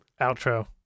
Outro